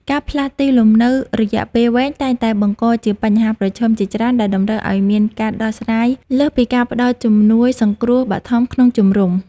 ការផ្លាស់ទីលំនៅរយៈពេលវែងតែងតែបង្កជាបញ្ហាប្រឈមជាច្រើនដែលតម្រូវឱ្យមានការដោះស្រាយលើសពីការផ្តល់ជំនួយសង្គ្រោះបឋមក្នុងជំរំ។